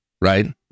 right